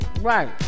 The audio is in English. right